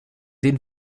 den